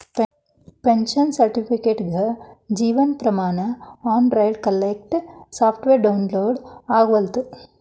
pension ಸರ್ಟಿಫಿಕೇಟ್ಗೆ Jeevan Pramaan Android client software download ಆಗವಲ್ತು